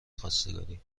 خواستگاری